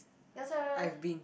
your turn